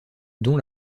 dont